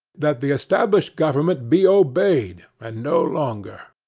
that the established government be obeyed and no longer.